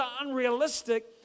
unrealistic